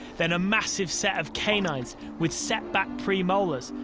then a massive set of canines with setback premolars,